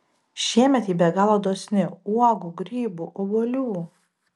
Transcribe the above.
šiemet ji be galo dosni uogų grybų obuolių